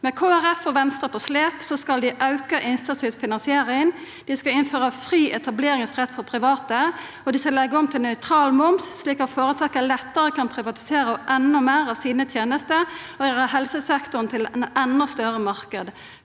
og Venstre på slep skal dei auka innsatsstyrt finansiering, dei skal innføra fri etableringsrett for private, og dei skal leggja om til nøytral moms, slik at føretaka lettare kan privatisera endå meir av sine tenester og gjera helsesektoren til ein endå større marknad.